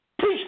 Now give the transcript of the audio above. Peace